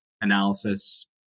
analysis